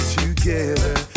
together